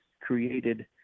created